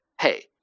Hey